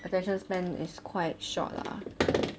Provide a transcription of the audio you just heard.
attention span is quite short lah